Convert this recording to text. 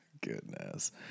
Goodness